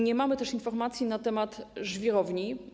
Nie mamy też informacji na temat żwirowni.